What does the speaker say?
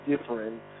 different